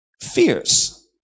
fears